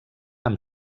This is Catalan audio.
amb